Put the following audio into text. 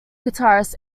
guitarists